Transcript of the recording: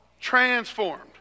transformed